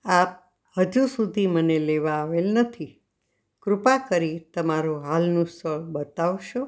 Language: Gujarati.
આપ હજુ સુધી મને લેવાં આવેલ નથી કૃપા કરી તમારું હાલનું સ્થળ બતાવશો